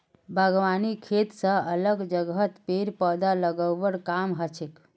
बागवानी खेत स अलग जगहत पेड़ पौधा लगव्वार काम हछेक